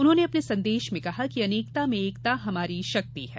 उन्होंने अपने संदेश में कहा कि अनेकता में एकता हमारी शक्ति है